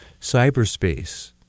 Cyberspace